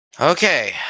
Okay